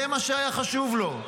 זה מה שהיה חשוב לו.